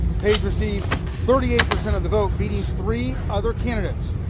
page received thirty eight percent of the vote beating three other candidates.